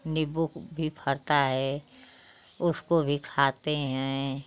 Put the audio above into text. नीम्बू भी फलता है उसको भी खाते हैं